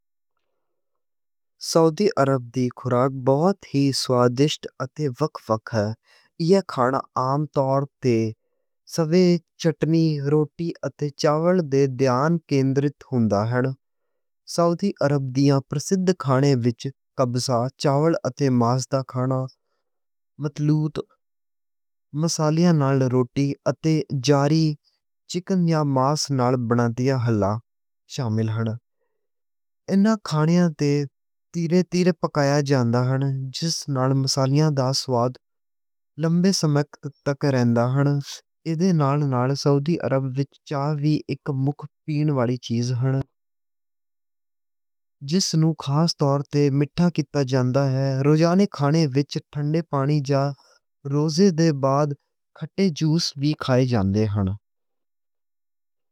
سعودی عرب دی خوراک بہت ہی سوادشت اتے وکھ وکھ ہن۔ ایہ کھانے عام طور تے روٹی اتے چاول تے دھیان کِندرت ہوندے ہن۔ سعودی عرب دیاں پرسِدھ کھانیاں وِچ کبسا چاول اتے۔ ماس دا کھانا مسالے تِکھے نال، روٹی اتے جڑی چکن یا ماس نال بنیاں ڈشاں شامل ہن۔ انہاں کھانیاں نوں تھیرے تھیرے پکایا جاندا ہن۔ جس نال مسالیاں دا سواد لمبے سمیں تک رہندا ہن۔ ایدے نال نال سعودی عرب وِچ چائے اک مُکھی پین والی چیز ہن۔ جس نوں خاص طور تے میٹھا کیتا جاندا ہن۔ روزانہ کھانے وِچ ٹھنڈے پانی جاں روزے دے بعد جوس وی کھائے جاندے ہن۔